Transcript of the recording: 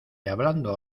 hablando